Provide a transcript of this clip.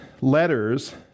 letters